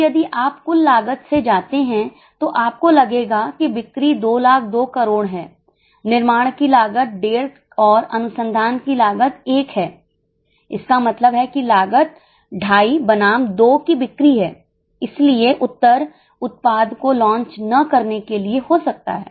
अब यदि आप कुल लागत से जाते हैं तो आपको लगेगा कि बिक्री 2 लाख 2 करोड़ है निर्माण की लागत 15 और अनुसंधान की लागत 1 है इसका मतलब है कि लागत 25 बनाम 2 की बिक्री है इसलिए उत्तर उत्पाद को लॉन्च न करने के लिए हो सकता है